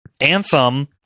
Anthem